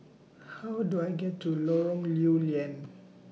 How Do I get to Lorong Lew Lian